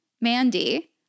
Mandy